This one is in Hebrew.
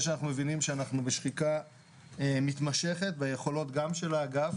אחרי שאנחנו מבינים שאנחנו בשחיקה מתמשכת ביכולות גם של האגף